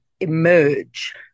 emerge